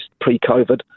pre-COVID